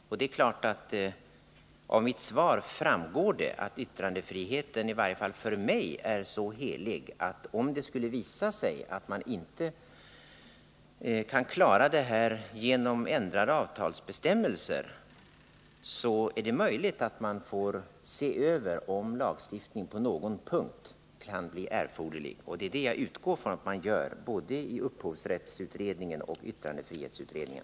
Och det är klart — det framgår av mitt svar — att yttrandefriheten i varje fall för mig är så helig att jag anser att det är möjligt att man får se över om lagstiftning på någon punkt kan bli erforderlig — om det skulle visa sig att man inte kan klara det här genom ändrade avtalsbestämmelser. Det är det jag utgår från att man gör både i upphovsrättsutredningen och yttrandefrihetsutredningen.